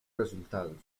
resultados